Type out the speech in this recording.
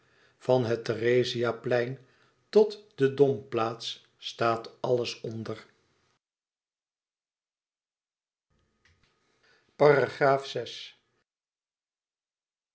van het therezia plein tot de domplaats staat alles onder